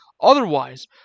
Otherwise